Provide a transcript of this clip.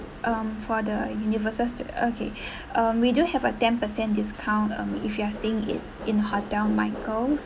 um for the universal stu~ okay uh we do have a ten percent discount um if you are staying in in hotel michael